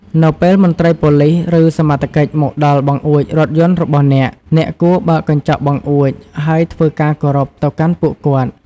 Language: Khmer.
នៅពេលមន្ត្រីប៉ូលិស ឬសមត្ថកិច្ចមកដល់បង្អួចរថយន្តរបស់អ្នក អ្នកគួរបើកកញ្ចក់បង្អួច ហើយធ្វើការគោរពទៅកាន់ពួកគាត់។